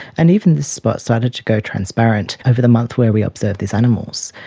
and even this spot started to go transparent over the months where we observed these animals.